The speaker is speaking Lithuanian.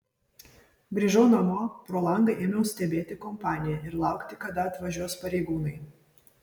grįžau namo pro langą ėmiau stebėti kompaniją ir laukti kada atvažiuos pareigūnai